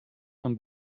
von